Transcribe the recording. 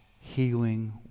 healing